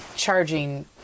Charging